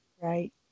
right